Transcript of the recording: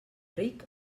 ric